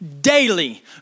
daily